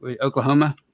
Oklahoma